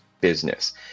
business